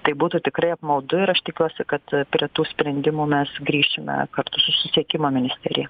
tai būtų tikrai apmaudu ir aš tikiuosi kad prie tų sprendimų mes grįšime kartu su susisiekimo ministerija